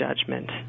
judgment